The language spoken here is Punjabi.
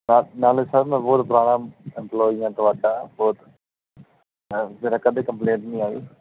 ਨਾਲੇ ਨਾਲੇ ਸਰ ਮੈਂ ਬਹੁਤ ਪੁਰਾਣਾ ਐਂਪਲਾਈ ਹਾਂ ਤੁਹਾਡਾ ਬਹੁਤ ਮੇਰਾ ਕਦੇ ਕੰਪਲੇਂਟ ਨਹੀਂ ਆਈ